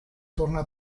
tornar